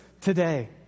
today